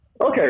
Okay